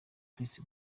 chris